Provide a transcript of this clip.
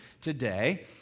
today